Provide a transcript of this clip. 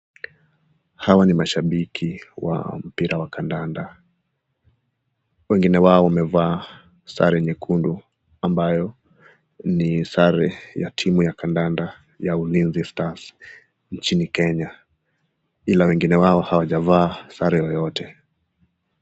Hawa ni mashabiki wa mpira wa kandanda, wengine wao wamevaa sare nyekundu, ambayo ni sare ya timu ya kandanda ya Ulinzi stars, nchini Kenya. ila wengine hawajavaa sare yeyote.